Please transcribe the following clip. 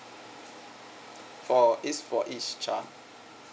for each for each child